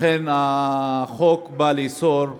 לכן החוק בא לאסור: